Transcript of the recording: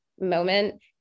moment